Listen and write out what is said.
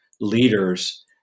leaders